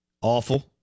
Awful